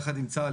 יחד עם צה"ל,